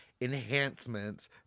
enhancements